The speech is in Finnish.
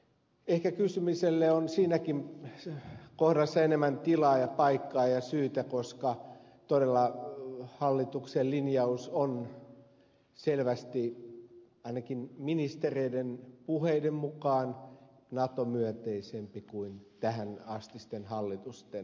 ehkä kysymiselle on siinäkin kohdassa enemmän tilaa ja paikkaa ja syytä koska todella hallituksen linjaus on selvästi ainakin ministereiden puheiden mukaan nato myönteisempi kuin tähänastisten hallitusten